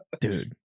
Dude